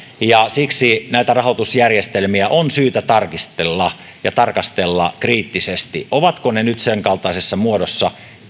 siksi näitä rahoitusjärjestelmiä on syytä tarkistella ja tarkastella kriittisesti ovatko ne nyt senkaltaisessa muodossa